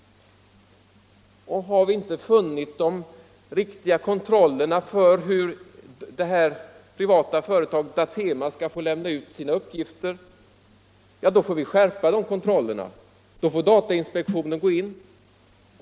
Och om vi inte har funnit de riktiga kontrollerna för hur DA TEMA skall få lämna ut sina uppgifter — ja, då får vi skärpa de kontrollerna. Då får datainspektionen kopplas in.